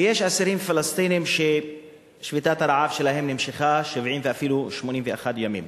ויש אסירים פלסטינים ששביתת הרעב שלהם נמשכה 70 ואפילו 81 ימים,